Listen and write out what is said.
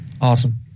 Awesome